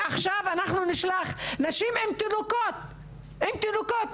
ועכשיו אנחנו נשלח נשים עם תינוקות --- רופאות,